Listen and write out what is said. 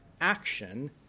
action